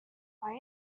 why